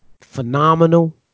phenomenal